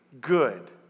good